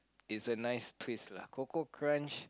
it's a nice twist lah Koko Krunch